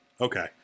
Okay